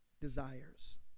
desires